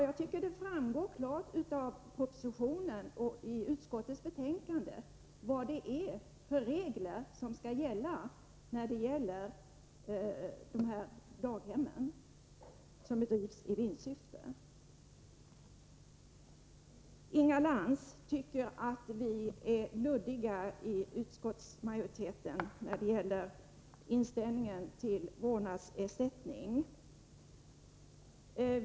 Jag tycker att det klart framgår av propositionen och i utskottsbetänkandet vilka regler som skall gälla för de daghem som drivs i vinstsyfte. Inga Lantz tyckte att vi i utskottsmajoriteten är luddiga när det gäller inställningen till frågan om vårdnadsersättning.